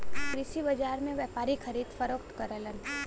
कृषि बाजार में व्यापारी खरीद फरोख्त करलन